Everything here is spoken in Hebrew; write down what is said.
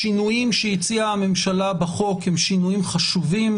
השינויים שהציעה הממשלה בחוק הם שינויים חשובים,